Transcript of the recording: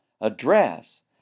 address